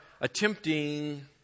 attempting